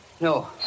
No